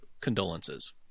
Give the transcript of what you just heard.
condolences